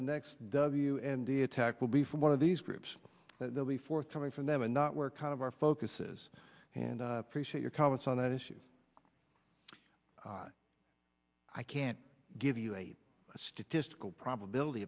the next w n d attack will be from one of these groups that will be forthcoming from them and not work out of our focuses and appreciate your comments on that issue i can't give you a statistical probability